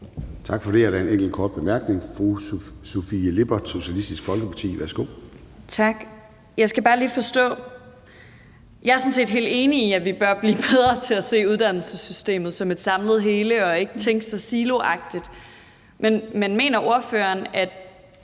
Tak for det. Der er en enkelt kort bemærkning. Fru Sofie Lippert, Socialistisk Folkeparti, værsgo. Kl. 10:49 Sofie Lippert (SF): Tak. Jeg skal bare lige forstå noget. Jeg er sådan set helt enig i, at vi bør blive bedre til at se uddannelsessystemet som et samlet hele og ikke tænke så siloagtigt, men mener ordføreren, at